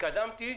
והתקדמתי